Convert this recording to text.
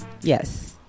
Yes